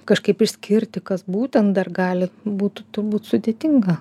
kažkaip išskirti kas būtent dar gali būtų turbūt sudėtinga